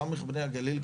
ס' בני הגליל,